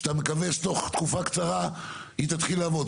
שאתה מקווה שתוך תקופה קצרה היא תתחיל לעבוד,